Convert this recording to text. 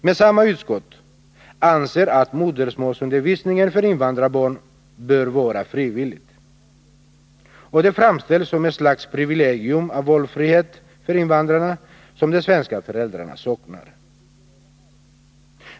Men samma utskott anser att modersmålsundervisningen för invandrarbarn bör vara frivillig. Och detta framställs som ett slags privilegium av valfrihet för invandrarna som de svenska föräldrarna saknar.